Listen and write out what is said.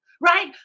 right